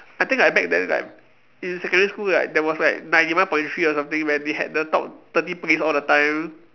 I think like back then like in secondary school like there was like ninety one point three or something where they had the top thirty hits all the time